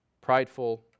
prideful